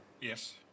Yes